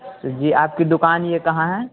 جی آپ کی دکان یہ کہاں ہے